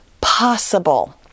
possible